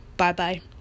Bye-bye